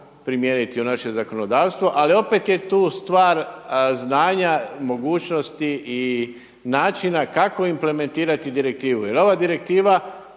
primijeniti u naše zakonodavstvo. Ali opet je tu stvar znanja, mogućnosti i načina kako implementirati direktiva, jel ova direktiva